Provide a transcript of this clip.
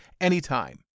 anytime